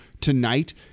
tonight